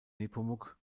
nepomuk